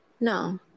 No